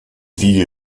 vie